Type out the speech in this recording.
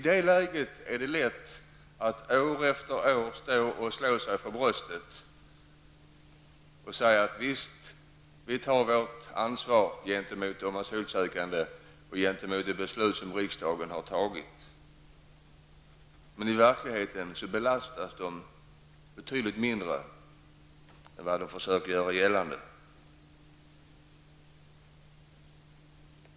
Då är det lätt att slå sig för bröstet och säga att man tar sitt ansvar gentemot de asylsökande och de beslut som riksdagen har fattat. I verkligen belastas dessa kommuner betydligt mindre än man försöker göra gällande.